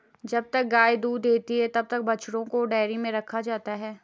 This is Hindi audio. जब तक गाय दूध देती है तब तक बछड़ों को डेयरी में रखा जाता है